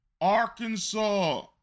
Arkansas